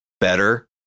better